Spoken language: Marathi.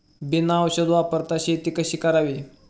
बिना औषध वापरता शेती कशी करावी?